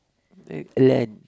uh learn